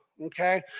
Okay